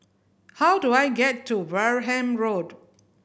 how do I get to Wareham Road